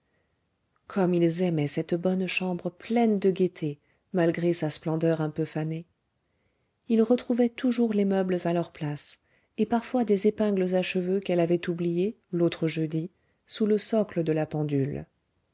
comme ils aimaient cette bonne chambre pleine de gaieté malgré sa splendeur un peu fanée ils retrouvaient toujours les meubles à leur place et parfois des épingles à cheveux qu'elle avait oubliées l'autre jeudi sous le socle de la pendule